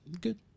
Good